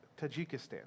Tajikistan